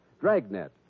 Dragnet